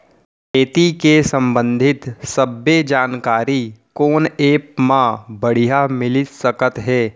खेती के संबंधित सब्बे जानकारी कोन एप मा बढ़िया मिलिस सकत हे?